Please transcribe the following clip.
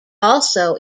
also